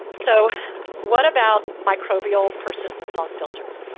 so what about microbial persistence on filters?